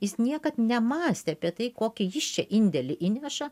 jis niekad nemąstė apie tai kokį jis čia indėlį įneša